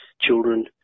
children